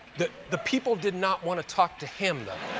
the the people did not want to talk to him, though.